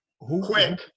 Quick